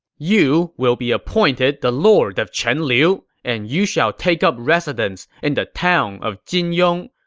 you will be appointed the lord of chenliu and you shall take up residence in the town of jinyong.